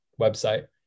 website